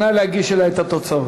נא להגיש אלי את התוצאות.